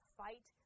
fight